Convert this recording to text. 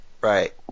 Right